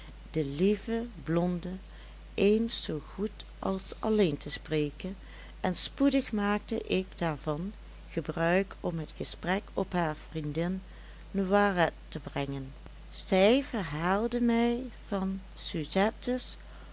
de lieve blonde eens zoo goed als alleen te spreken en spoedig maakte ik daarvan gebruik om het gesprek op haar vriendin noiret te brengen zij verhaalde mij van